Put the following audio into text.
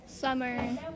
Summer